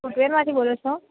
ફૂટવેરમાંથી બોલો છો